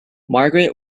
margaret